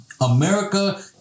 America